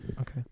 Okay